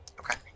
Okay